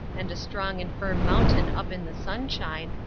and a strong and firm mountain up in the sunshine,